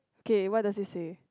K what does he say